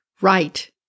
right